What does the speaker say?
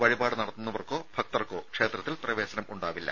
വഴിപാട് നടത്തുന്നവർക്കോ മറ്റ് ഭക്തർക്കോ ക്ഷേത്രത്തിൽ പ്രവേശനം ഉണ്ടായിരിക്കില്ല